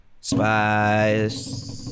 Spice